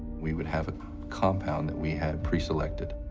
we would have a compound that we had preselected.